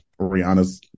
Rihanna's